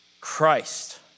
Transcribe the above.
Christ